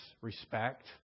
respect